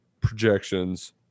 projections